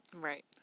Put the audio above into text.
Right